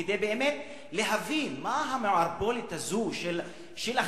כדי להבין מה המערבולת הזו של החיות,